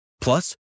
Plus